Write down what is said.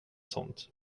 sånt